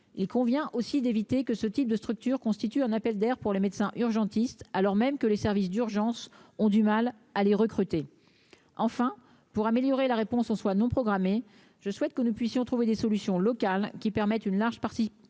il convient aussi d'éviter que ce type de structure constitue un appel d'air pour les médecins urgentistes, alors même que les services d'urgence ont du mal à les recruter, enfin, pour améliorer la réponse en soit non programmés, je souhaite que nous puissions trouver des solutions locales qui permettent une large partie participation